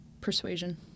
Persuasion